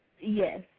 Yes